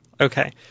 Okay